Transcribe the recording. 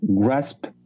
grasp